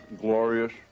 glorious